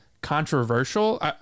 controversial